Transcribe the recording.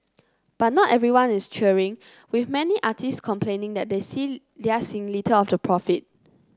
but not everyone is cheering with many artists complaining that they seen they are seeing little of the profit